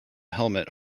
helmet